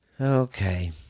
Okay